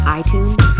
iTunes